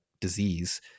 disease